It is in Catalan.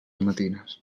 matines